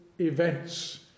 events